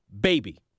baby